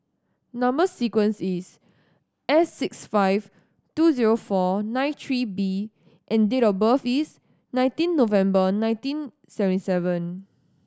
number sequence is S six five two zero four nine three B and date of birth is nineteen November nineteen seventy seven